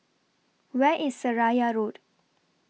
Where IS Seraya Road